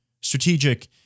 strategic